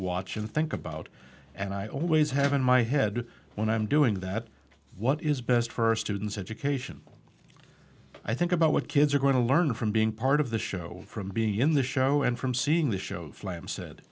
watch and think about and i always have in my head when i'm doing that what is best for students education i think about what kids are going to learn from being part of the show from being in the show and from seeing the show flam said